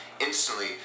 instantly